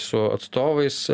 su atstovais